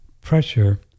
pressure